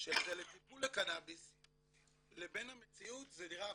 שזה לטיפול בקנאביס לבין המציאות זה נראה הפוך.